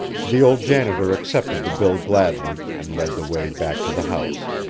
the old janitor accepted the bill gladly, and led the way back to the house.